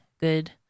good